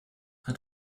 hat